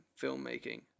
filmmaking